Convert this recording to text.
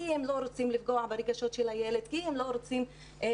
כי הם לא רוצים לפגוע ברגשות של הילדים,